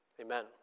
Amen